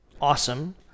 awesome